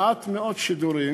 מעט מאוד שידורים,